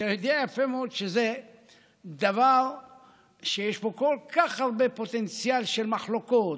אתה יודע יפה מאוד שזה דבר שיש בו כל כך הרבה פוטנציאל של מחלוקות,